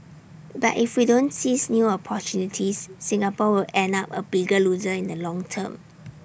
but if we don't seize new opportunities Singapore will end up A bigger loser in the long term